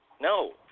No